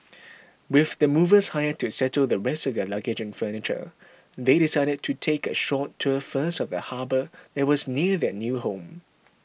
with the movers hired to settle the rest of their luggage and furniture they decided to take a short tour first of the harbour that was near their new home